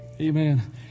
Amen